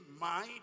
mind